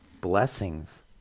blessings